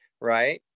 right